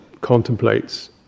contemplates